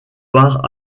part